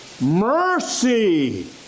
mercy